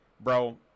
Bro